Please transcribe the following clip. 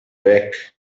back